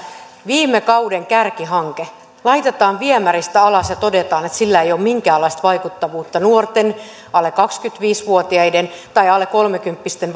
viime kauden kärkihanke laitetaan viemäristä alas ja todetaan että sillä ei ole minkäänlaista vaikuttavuutta nuorten alle kaksikymmentäviisi vuotiaiden tai alle kolmekymppisten